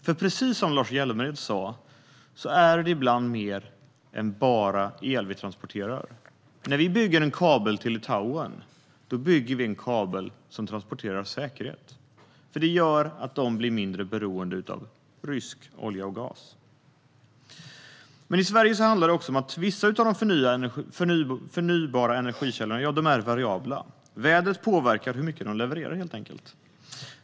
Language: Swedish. För precis som Lars Hjälmered sa är det ibland mer än bara el vi transporterar. När vi bygger en kabel till Litauen bygger vi en kabel som transporterar säkerhet, för det gör att de blir mindre beroende av rysk olja och gas. I Sverige handlar det också om att vissa av de förnybara energikällorna är variabla. Vädret påverkar helt enkelt hur mycket de levererar.